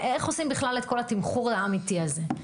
איך עושים בכלל את כל התמחור האמיתי הזה.